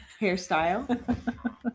hairstyle